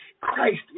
Christ